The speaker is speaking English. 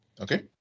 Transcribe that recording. Okay